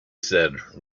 said